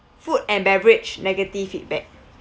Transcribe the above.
food and beverage negative feedback